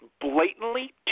blatantly